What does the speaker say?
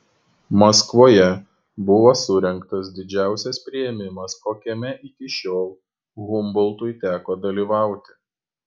maskvoje buvo surengtas didžiausias priėmimas kokiame iki šiol humboltui teko dalyvauti